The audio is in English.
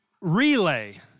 relay